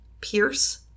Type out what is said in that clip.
Pierce